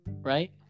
right